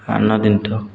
ଆନନ୍ଦିତ